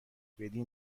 بدی